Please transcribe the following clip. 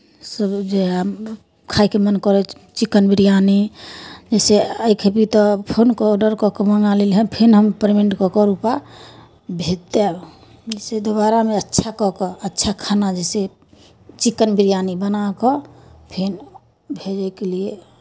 सभ जे हइ खायके मन करै हइ चिकेन बिरियानी जैसे आइ खइबिही तऽ फोन कऽ कऽ आर्डर कऽ कऽ मङ्गा लिहऽ फेन हम पेमेन्ट कऽ कऽ रुपैआ भेज देब जैसे दोबारामे अच्छा कऽ कऽ अच्छा खाना जैसे चिकेन बिरियानी बना कऽ फेन भेजयके लिए